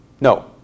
No